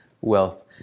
wealth